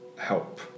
help